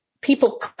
people